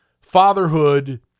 Fatherhood